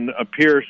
appears